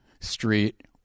Street